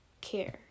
care